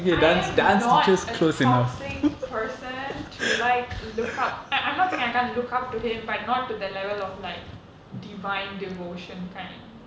I am not a toxic person to like look up and I'm not saying I can't look up to him but not to the level of like divine devotion kind